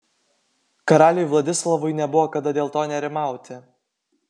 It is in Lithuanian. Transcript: karaliui vladislovui nebuvo kada dėl to nerimauti